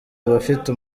abafite